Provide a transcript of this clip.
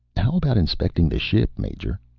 how about inspecting the ship, major?